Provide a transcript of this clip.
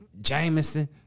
Jameson